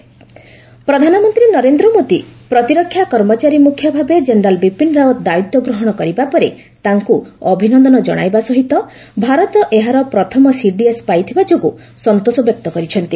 PM CDS ପ୍ରଧାନମନ୍ତ୍ରୀ ନରେନ୍ଦ୍ର ମୋଦି ପ୍ରତିରକ୍ଷା କର୍ମଚାରୀ ମ୍ରଖ୍ୟ ଭାବେ ଜେନେରାଲ୍ ବିପିନ୍ ରାୱତ୍ ଦାୟିତ୍ୱ ଗ୍ରହଣ କରିବା ପରେ ତାଙ୍କୁ ଅଭିନନ୍ଦନ ଜଣାଇବା ସହିତ ଭାରତ ଏହାର ପ୍ରଥମ ସିଡିଏସ୍ ପାଇଥିବା ଯୋଗୁଁ ସନ୍ତୋଷ ବ୍ୟକ୍ତ କରିଛନ୍ତି